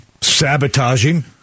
sabotaging